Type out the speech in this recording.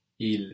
Il